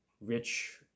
rich